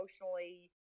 emotionally